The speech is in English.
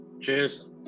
cheers